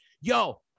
yo